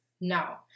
Now